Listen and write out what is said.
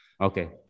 Okay